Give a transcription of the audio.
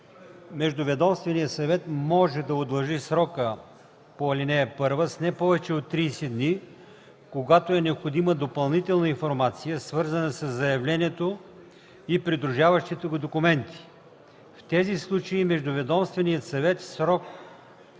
Междуведомственият съвет може да удължи срока по ал. 1 с не повече от 30 дни, когато е необходима допълнителна информация, свързана със заявлението и придружаващите го документи. В тези случаи междуведомственият съвет в срок